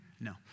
No